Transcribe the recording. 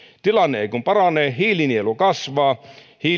tilanne ei kun paranee hiilinielu kasvaa